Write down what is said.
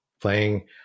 playing